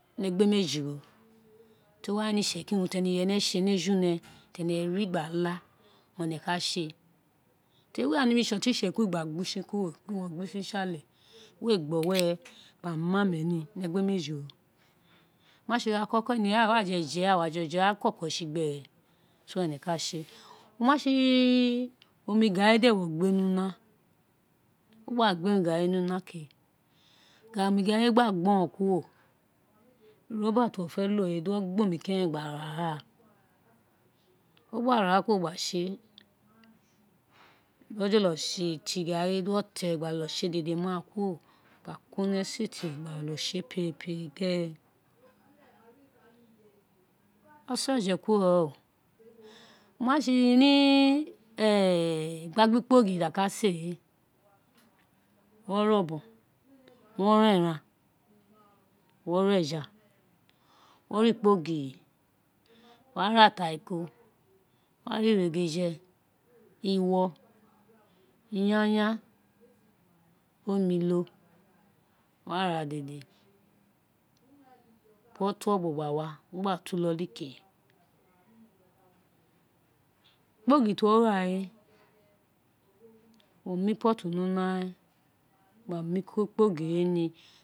Ni egbe elemeji ro, tori ene itsekiri urun ti owa ene se ni eju gba la, owun ene ma se te mi gba ne mi se oton itsekiri gba gba use kuro, a ma gbe usin si ale, wēē gba awo re gba mu ame ni egbemeji, o ma si ira koko aghan ēē jeje, di aghan koko si gbe re, so were ene ka se, oma si onu garri de wo gbe ni una wo gba gbe omi garri ni una ke, omi garri gba gboron kuro rubber ti wo fe lo we di wo gba ra gha kuro gba se wo jolo se gba jolo te garri we, gbi wo te and jolo se dede ma kuro wo ka kpo ni esete, gba jolo se perepere a se oje kuro ren oma si ni gba gba kpo giri ti a ka se we wo re obon wo ra eran wo ra eja wo ra kpogiri wa ra atariko, wa ra iregeje, uwo yanyan, omulo, wa ra dede di uwo to obon gba wa, to inoli ke kpogiri ti uwo ra we mo mu pot ni una gba mukpogiri we ni.